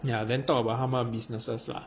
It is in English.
ya then talk about 他们的 businesses lah